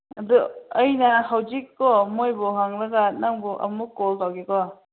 ꯑꯗꯨ ꯑꯩꯅ ꯍꯧꯖꯤꯛ ꯀꯣ ꯃꯣꯏꯕꯨ ꯍꯪꯂꯒ ꯅꯪꯕꯨ ꯑꯃꯨꯛ ꯀꯣꯜ ꯇꯧꯒꯦ ꯀꯣ